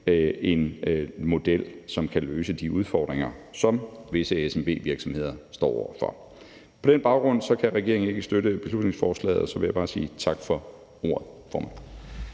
en model, som kan løse de udfordringer, som visse SMV-virksomheder står over for. På den baggrund kan regeringen ikke støtte beslutningsforslaget. Og så vil jeg bare sige tak for ordet,